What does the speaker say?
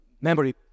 memory